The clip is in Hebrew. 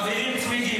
אנשים מבעירים צמיגים,